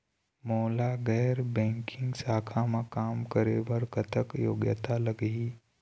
मोला गैर बैंकिंग शाखा मा काम करे बर कतक योग्यता लगही?